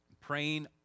Praying